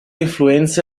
influenze